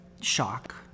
shock